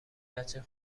بچه